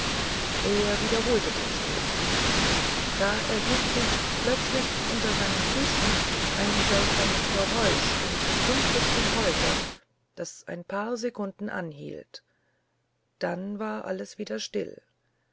er wiederholte den stoß da erhub sich plötzlich unter seinen füßen ein seltsames geräusch und dumpfes gepolter das ein paar sekunden anhielt dann war alles wieder still